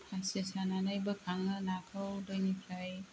फासि सानानै बोखाङो नाखौ दैनिफ्राय